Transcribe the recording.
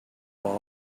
boss